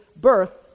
birth